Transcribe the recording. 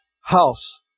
house